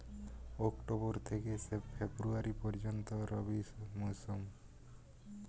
October থেকে February পর্যন্ত রবি মৌসুম